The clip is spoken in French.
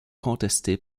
contesté